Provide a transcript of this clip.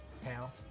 pal